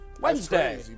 Wednesday